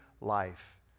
life